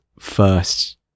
first